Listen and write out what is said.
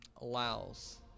allows